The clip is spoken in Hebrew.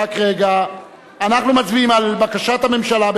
בקשת הממשלה,